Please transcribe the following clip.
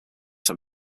that